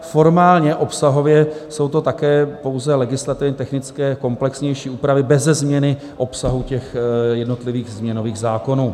Formálně obsahově jsou to také pouze legislativně technické komplexnější úpravy beze změny obsahu jednotlivých změnových zákonů.